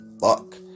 fuck